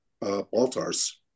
Baltars